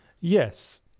Yes